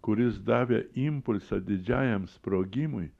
kuris davė impulsą didžiajam sprogimui